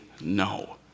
no